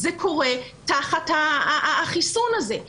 זה קורה תחת החיסון הזה.